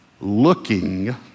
looking